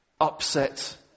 upset